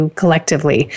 collectively